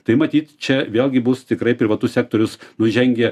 tai matyt čia vėlgi bus tikrai privatus sektorius nu žengia